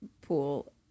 pool